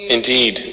Indeed